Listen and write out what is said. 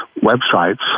websites